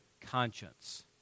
conscience